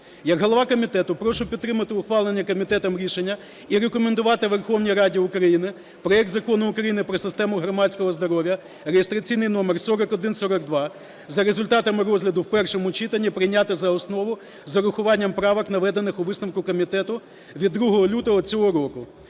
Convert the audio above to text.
Як голова комітету прошу підтримати ухвалене комітетом рішення і рекомендувати Верховній Раді України проект Закону України "Про систему громадського здоров'я" (реєстраційний номер 4142) за результатами розгляду в першому читанні прийняти за основу з урахуванням правок, наведених у висновку комітету від 2 лютого цього року